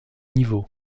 niveau